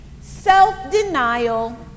self-denial